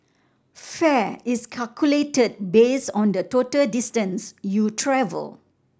fare is calculated based on the total distance you travel